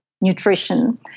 nutrition